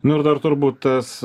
nu ir dar turbūt tas